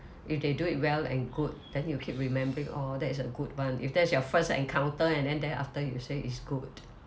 if they do it well and good then you keep remembering oh that is a good one if that's your first encounter and then there after you say is good